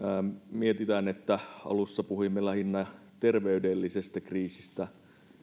mietitään että alussa puhuimme lähinnä terveydellisestä kriisistä